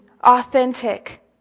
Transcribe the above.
authentic